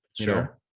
Sure